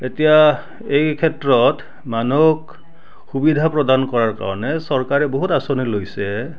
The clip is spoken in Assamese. এতিয়া এই ক্ষেত্ৰত মানুহক সুবিধা প্ৰদান কৰাৰ কাৰণে চৰকাৰে বহুত আঁচনি লৈছে